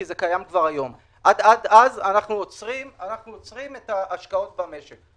כי אז אנחנו עוצרים את ההשקעות במשק.